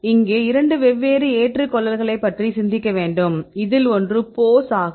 இங்கே இரண்டு வெவ்வேறு ஏற்றுக்கொள்ளல்களைப் பற்றி சிந்திக்க வேண்டும் அதில் ஒன்று போஸ் ஆகும்